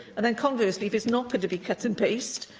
and then, conversely, if it's not going to be cut and paste,